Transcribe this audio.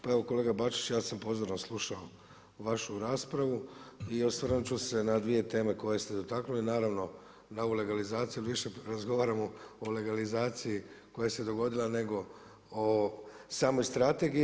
Pa evo kolega Bačić ja sam pozorno slušao vašu raspravu i osvrnut ću se na dvije teme koje ste dotaknuli naravno na ovu legalizaciju jer više razgovaramo o legalizaciji koja se dogodila nego o samoj strategiji.